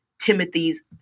Timothy's